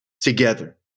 together